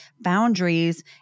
boundaries